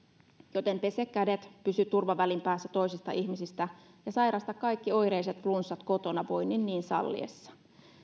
joten pese kädet pysy turvavälin päässä toisista ihmisistä ja sairasta kaikki oireiset flunssat kotona voinnin niin salliessa